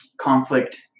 conflict